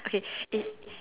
okay it